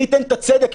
מי ייתן את הצדק,